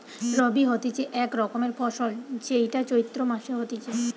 রবি হতিছে এক রকমের ফসল যেইটা চৈত্র মাসে হতিছে